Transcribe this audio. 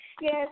Yes